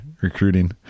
recruiting